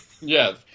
Yes